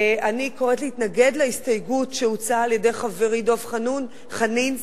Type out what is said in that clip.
אני קוראת להתנגד להסתייגות שהוצעה על-ידי חברי דב חנין.